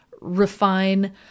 refine